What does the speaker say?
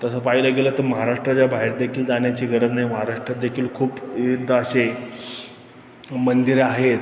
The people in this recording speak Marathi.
तसं पाहायला गेलं तर महाराष्ट्राच्या बाहेरदेखील जाण्याची गरज नाही महाराष्ट्रातदेखील खूप विविध अशी मंदिरे आहेत